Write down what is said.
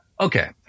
Okay